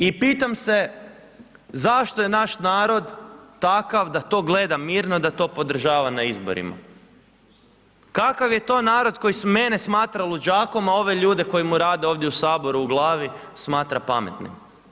I pitam se zašto je naš narod takav da to gleda mirno i da to podržava na izborima, kakav je to narod koji mene smatra luđakom, a ove ljude koji mu rade ovdje u Saboru o glavi smatra pametnim?